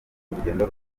urugendo